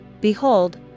Behold